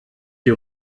die